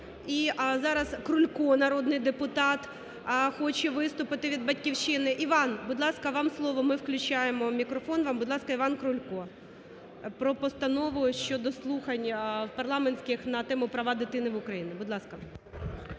і зараз Крулько народний депутат хоче виступити від "Батьківщин". Іван, будь ласка, вам слово, ми включаємо мікрофон, вам, будь ласка, Івана Крулько про постанову щодо слухань парламентських на тему: "Права дитини в Україні", будь ласка.